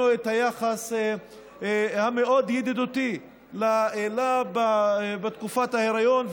את היחס המאוד-ידידותי אליה בתקופת ההיריון,